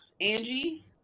Angie